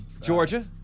Georgia